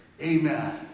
Amen